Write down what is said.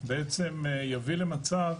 בעצם יביא למצב